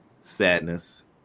Sadness